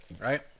Right